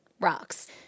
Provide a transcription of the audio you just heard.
rocks